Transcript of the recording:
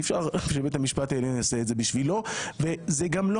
אי אפשר שבית המשפט העליון יעשה את זה בשבילו וזה גם לא